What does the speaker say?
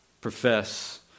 profess